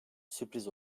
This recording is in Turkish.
sürpriz